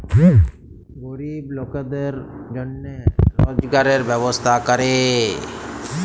গরিব লকদের জনহে রজগারের ব্যবস্থা ক্যরে